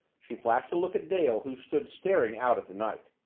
she flashed a look at dale who stood staring out at the night.